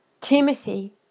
Timothy